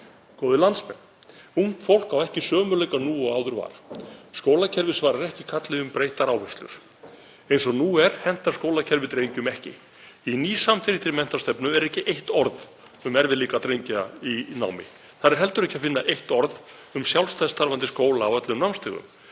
Góðir landsmenn. Ungt fólk á ekki sömu möguleika nú áður var. Skólakerfið svarar ekki kalli um breyttar áherslur. Eins og nú er hentar skólakerfið drengjum ekki. Í nýsamþykktri menntastefnu er ekki eitt orð um erfiðleika drengja í námi. Þar er heldur ekki að finna eitt orð um sjálfstætt starfandi skóla á öllum námsstigum.